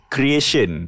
Creation